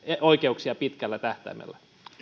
oikeuksia pitkällä tähtäimellä